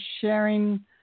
sharing